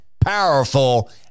powerful